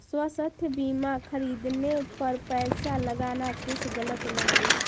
स्वास्थ्य बीमा खरीदने पर पैसा लगाना कुछ गलत न हई